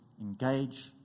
engage